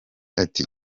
ati